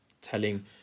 telling